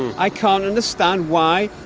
i can't understand why,